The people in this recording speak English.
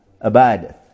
Abideth